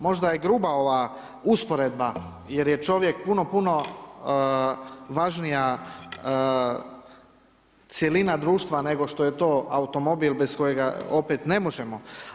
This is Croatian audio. Možda je gruba ova usporedba, jer je čovjek puno, puno, važnija cjelina društva nego što je to automobil, bez kojega opet ne možemo.